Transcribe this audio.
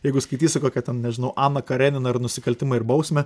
jeigu skaitysi kokią ten nežinau aną kareniną ir nusikaltimą ir bausmę